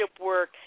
work